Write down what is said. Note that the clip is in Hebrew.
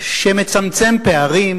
שמצמצם פערים,